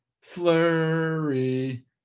flurry